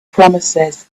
promises